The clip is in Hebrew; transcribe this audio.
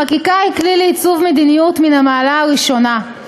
חקיקה היא כלי לעיצוב מדיניות מן המעלה הראשונה.